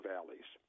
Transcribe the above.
Valleys